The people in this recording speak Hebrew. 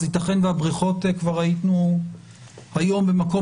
ייתכן והבריכות כבר היו היום במקום